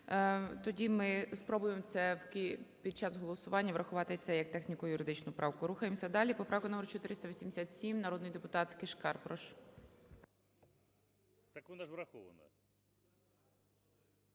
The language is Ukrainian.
Тоді ми спробуємо це під час голосування врахувати це як техніко-юридичну правку. Рухаємося далі. Поправка номер 487, народний депутат Кишкар, прошу.